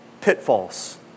pitfalls